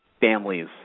families